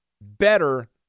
better